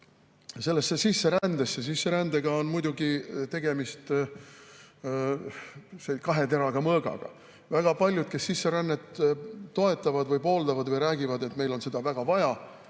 puutub sisserändesse, siis selle puhul on muidugi tegemist kahe teraga mõõgaga. Väga paljud, kes sisserännet toetavad või pooldavad või räägivad, et meil on seda väga vaja,